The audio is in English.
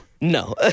No